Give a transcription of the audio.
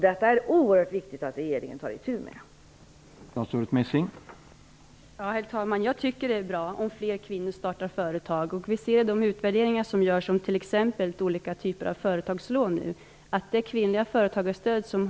Det är oerhört viktigt att regeringen tar itu med detta.